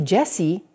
Jesse